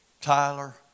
Tyler